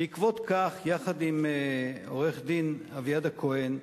בעקבות כך הכנתי, יחד עם עורך-דין אביעד הכהן,